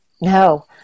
No